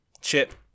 chip